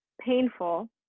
painful